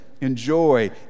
Enjoy